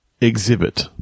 Exhibit